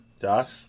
Josh